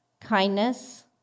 kindness